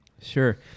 sure